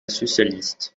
socialiste